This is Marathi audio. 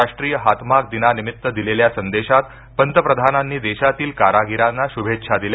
राष्ट्रीय हातमाग दिनानिमित्त दिलेल्या संदेशात पंतप्रधानांनी देशातील कारागिरांना शुभेच्छा दिल्या